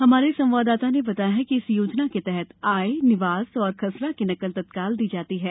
हमारे संवाददाता ने बताया है कि इस योजना के तहत आय निवास और खसरा की नकल तत्काल दी जाती है